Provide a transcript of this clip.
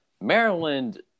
Maryland